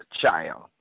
child